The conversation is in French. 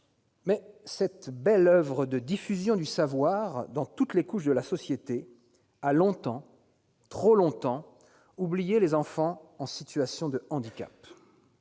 Mais cette belle oeuvre de diffusion du savoir dans toutes les couches de la société a longtemps, trop longtemps, oublié les enfants en situation de handicap.